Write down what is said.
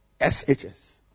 SHS